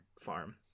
farm